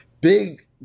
Big